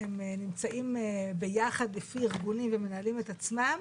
נמצאים ביחד לפי ארגונים ומנהלים את עצמם